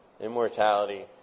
immortality